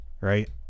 Right